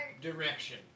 direction